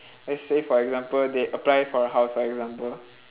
let's say for example they apply for a house for example